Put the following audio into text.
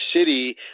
City